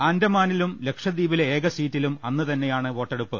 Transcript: ആൻഡമാനിലും ലക്ഷദ്വീപിലെ ഏകസീറ്റിലും അന്ന് തന്നെയാണ് വോട്ടെടുപ്പ്